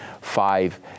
five